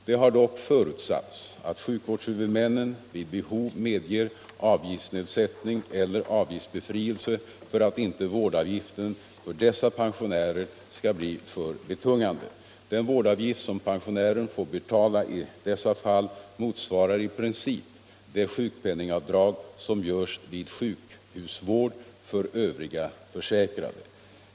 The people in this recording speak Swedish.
Det har dock förutsatts att sjukvårdshuvudmännen vid behov medger avgiftsnedsättning eller avgiftsbefrielse för att inte vårdavgiften för dessa pensionärer skall bli för betungande. Den vårdavgift som pensionären får betala i dessa fall motsvarar i princip det sjukpenningavdrag som görs vid sjukhusvård för övriga försäkrade.